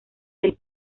del